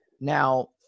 Now